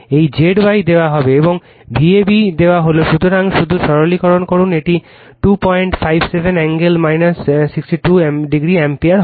এই Z y দেওয়া হয় এবং Vab দেওয়া হয় সুতরাং শুধু সরলীকরণ করুন এটি 257 কোণ পাবে 62o অ্যাম্পিয়ার